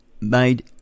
made